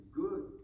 good